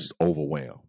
overwhelmed